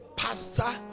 pastor